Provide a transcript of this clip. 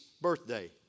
birthday